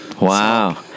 wow